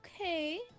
Okay